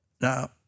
Now